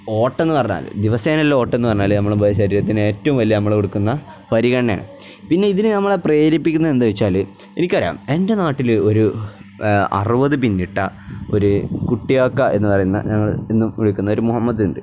ഓട്ടം എന്നു പറഞ്ഞാൽ ദിവസേന ഉള്ള ഓട്ടം എന്ന് പറഞ്ഞാൽ നമ്മൾ ശരീരത്തിന് ഏറ്റവും വലിയ നമ്മൾ എടുക്കുന്ന പരിഗണനയാണ് പിന്നെ ഇതിന് നമ്മെ പ്രേരിപ്പിക്കുന്നത് എന്താണ് വച്ചാൽ എനിക്ക് അറിയാം എൻ്റെ നാട്ടിൽ ഒരു അറുപത് പിന്നിട്ട ഒരു കുട്ടിയാക്ക എന്നു പറയുന്ന ഞങ്ങൾ ഇന്നും വിളിക്കുന്ന ഒരു മുഹമ്മദ് ഉണ്ട്